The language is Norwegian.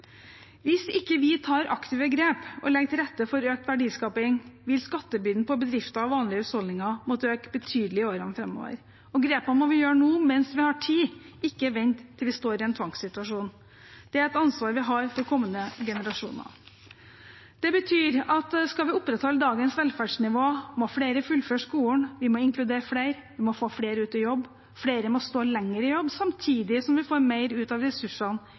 Hvis vi ikke tar aktive grep og legger til rette for økt verdiskaping, vil skattebyrden for bedrifter og vanlige husholdninger måtte øke betydelig i årene framover. Grepene må vi gjøre nå mens vi har tid, ikke vente til vi står i en tvangssituasjon. Det er et ansvar vi har for kommende generasjoner. Det betyr at skal vi opprettholde dagens velferdsnivå, må flere fullføre skolen. Vi må inkludere flere, vi må få flere ut i jobb, og flere må stå lenger i jobb samtidig som vi får mer ut av ressursene